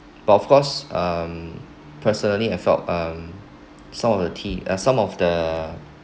but of course um personally I felt um some of the tea uh some of the